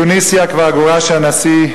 בתוניסיה כבר גורש הנשיא,